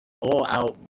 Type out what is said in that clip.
all-out